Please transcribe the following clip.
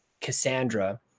Cassandra